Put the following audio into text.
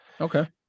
Okay